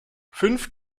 fünf